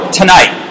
tonight